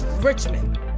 Richmond